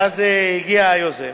ואז הגיע היוזם